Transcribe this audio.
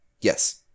Yes